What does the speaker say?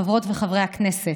חברות וחברי הכנסת,